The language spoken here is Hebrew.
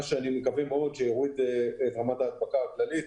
אני מקווה שזה יוריד את רמת ההדבקה הכללית